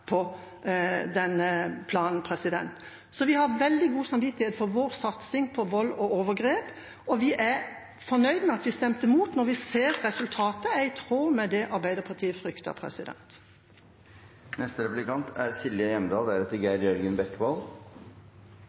vår satsing mot vold og overgrep, og vi er fornøyd med at vi stemte mot, når vi ser at resultatet er i tråd med det Arbeiderpartiet fryktet. Jeg registrerer at det ble sagt at det var uenighet om barnevernet skulle være en offentlig oppgave. Det er